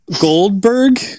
Goldberg